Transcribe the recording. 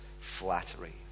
flattery